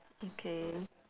okay